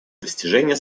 достижения